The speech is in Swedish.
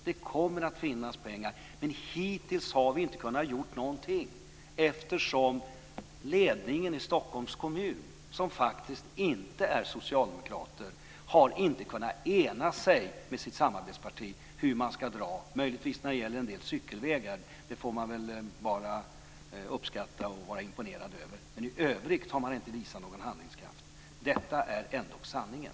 Det kommer att finnas pengar. Men hittills har vi inte kunnat göra någonting eftersom ledningen i Stockholms kommun, som faktiskt inte är socialdemokrater, inte har kunnat ena sig med sitt samarbetsparti annat än möjligtvis om hur man ska dra en del cykelvägar. Det får vi väl uppskatta och vara imponerade över. I övrigt har man inte visat någon handlingskraft. Detta är ändå sanningen.